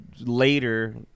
later